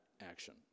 action